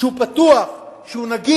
שירות שהוא פתוח, שהוא נגיש,